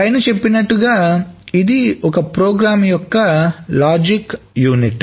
పైన చెప్పినట్లు ఇది ప్రోగ్రామ్ యొక్క లాజిక్ యూనిట్